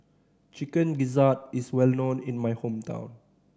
Chicken Gizzard is well known in my hometown